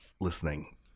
listening